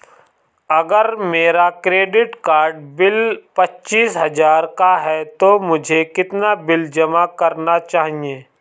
अगर मेरा credit card bill पच्चीस हजार का है तो मुझे कितना बिल जमा करना चाहिए?